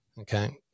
Okay